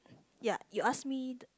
ya you ask me